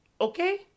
okay